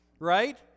right